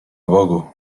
bogu